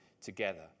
together